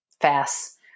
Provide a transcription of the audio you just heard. fast